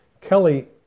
Kelly